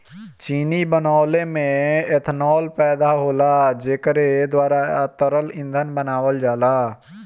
चीनी बनवले में एथनाल पैदा होला जेकरे द्वारा तरल ईंधन बनावल जाला